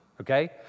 okay